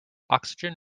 oxygen